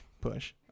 Push